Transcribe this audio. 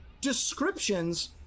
descriptions